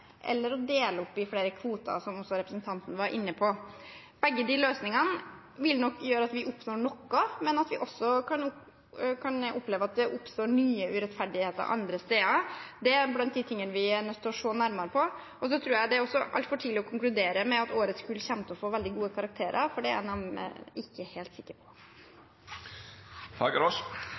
eller å dele opp i flere kvoter, som representanten også var inne på. Begge løsningene vil nok gjøre at vi oppnår noe, men at vi også kan oppleve at det oppstår nye urettferdigheter andre steder. Det er blant de tingene vi er nødt til å se nærmere på. Jeg tror det er altfor tidlig å konkludere med at årets kull kommer til å få veldig gode karakterer, for det er man ikke helt sikker på.